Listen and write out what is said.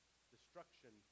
Destruction